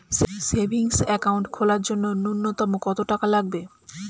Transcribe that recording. Savings account খোলার জন্য নূন্যতম কত টাকা লাগবে?